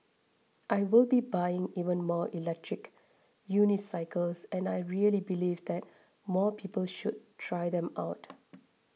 I will be buying even more electric unicycles and I really believe that more people should try them out